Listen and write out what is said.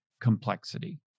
complexity